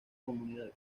comunidad